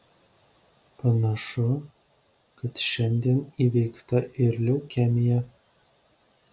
panašu kad šiandien įveikta ir leukemija